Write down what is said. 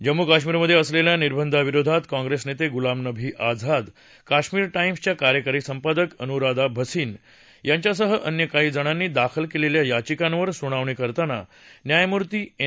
जम्मू काश्मीरमध्ये असलेल्या निर्बंधांविरोधात काँग्रेस नेते गुलाम नबी आझाद काश्मीर टाईम्सच्या कार्यकारी संपादक अनुराधा भसीन यांच्यासह अन्य काही जणांनी दाखल केलेल्या याचिकांवर सुनावणी करताना न्यायमूर्ती एन